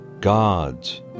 God's